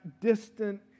distant